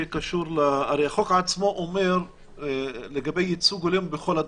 הרי החוק עצמו מדבר לגבי ייצוג הולם בכל הדרגים.